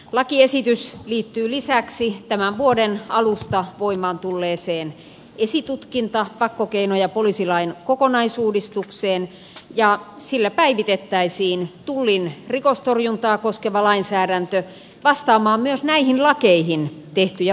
lakiesitys liittyy lisäksi tämän vuoden alusta voimaan tulleeseen esitutkinta pakkokeino ja poliisilain kokonaisuudistukseen ja sillä päivitettäisiin tullin rikostorjuntaa koskeva lainsäädäntö vastaamaan myös näihin lakeihin tehtyjä muutoksia